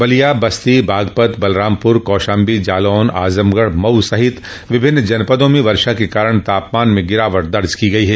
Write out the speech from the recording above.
बलिया बस्ती बागपत बलरामपुर कौशाम्बी जालौन आजमगढ़ मऊ सहित विभिन्न जनपदों में वर्षा के कारण तापमान में गिरावट दर्ज की गई है